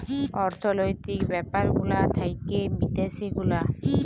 অর্থলৈতিক ব্যাপার গুলা থাক্যে বিদ্যাসি গুলা